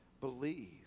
believe